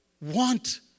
want